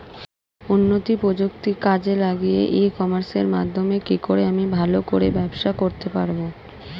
উন্নত প্রযুক্তি কাজে লাগিয়ে ই কমার্সের মাধ্যমে কি করে আমি ভালো করে ব্যবসা করতে পারব?